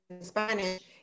Spanish